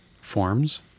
forms